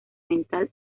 mental